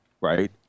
right